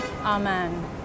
Amen